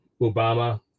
Obama